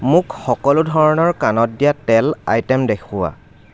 মোক সকলো ধৰণৰ কাণত দিয়া তেল আইটে'ম দেখুওৱা